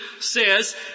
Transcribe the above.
says